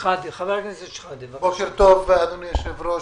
בוקר טוב אדוני היושב ראש,